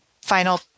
final